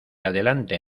adelante